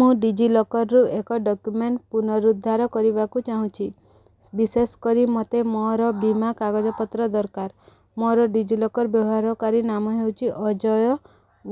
ମୁଁ ଡି ଜି ଲକର୍ରୁ ଏକ ଡକ୍ୟୁମେଣ୍ଟ୍ ପୁନରୁଦ୍ଧାର କରିବାକୁ ଚାହୁଁଛି ବିଶେଷ କରି ମୋତେ ମୋର ବୀମା କାଗଜପତ୍ର ଦରକାର ମୋର ଡି ଜି ଲକର୍ ବ୍ୟବହାରକାରୀ ନାମ ହେଉଛି ଅଜୟ